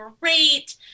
great